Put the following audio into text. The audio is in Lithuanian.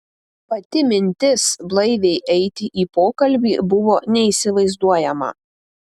pati mintis blaiviai eiti į pokalbį buvo neįsivaizduojama